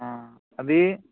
అదీ